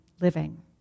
living